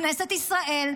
כנסת ישראל,